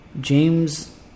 James